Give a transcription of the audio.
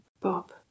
Bob